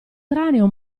cranio